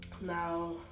Now